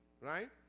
right